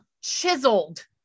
chiseled